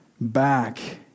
back